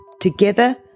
Together